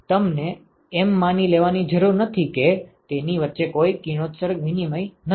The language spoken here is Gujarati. તમારે એમ માની લેવાની જરૂર નથી કે તેની વચ્ચે કોઈ કિરણોત્સર્ગ વિનિમય નથી